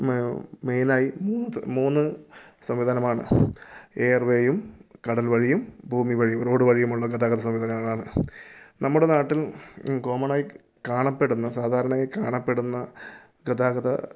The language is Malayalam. മെയ്നായി മൂന്ന് മൂന്ന് സംവിധാനമാണ് എയർ വഴിയും കടൽ വഴിയും ഭൂമി വഴിയും റോഡ് വഴിയുമുള്ള ഗതാഗത സൗകര്യങ്ങളാണ് നമ്മുടെ നാട്ടിൽ കോമണായി കാണപ്പെടുന്ന സാധാരണയായി കാണപ്പെടുന്ന ഗതാഗത